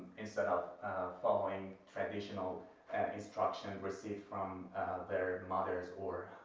instead of following traditional instructions received from their mothers or,